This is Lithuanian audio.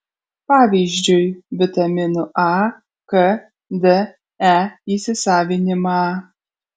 pavyzdžiui vitaminų a k d e įsisavinimą